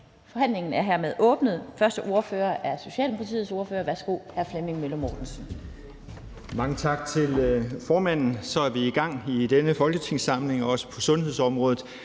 Forhandlingen er hermed åbnet. Første ordfører er Socialdemokratiets ordfører. Værsgo, hr. Flemming Møller Mortensen. Kl. 11:45 (Ordfører) Flemming Møller Mortensen (S): Mange tak til formanden. Så er vi i gang i denne folketingssamling, også på sundhedsområdet.